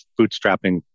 bootstrapping